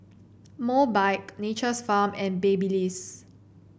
Mobike Nature's Farm and Babyliss